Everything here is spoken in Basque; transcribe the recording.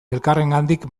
elkarrengandik